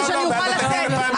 --- אני קורא אותך לסדר בפעם השנייה.